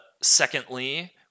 secondly